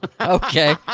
okay